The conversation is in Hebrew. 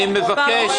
אני מבקש,